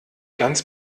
ganz